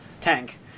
tank